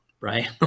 right